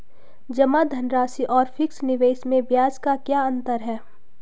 जमा धनराशि और फिक्स निवेश में ब्याज का क्या अंतर है?